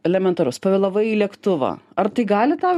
elementarus pavėlavai į lėktuvą ar tai gali tau